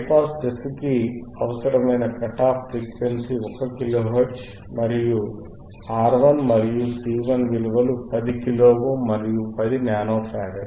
high pass దశ కి అవసరమైన కట్ ఆఫ్ఫ్రీక్వెన్సీ 1 కిలో హెర్ట్జ్ మరియు R1 మరియు C1 విలువలు 10 కిలో ఓమ్ మరియు 10 నానో ఫారడ్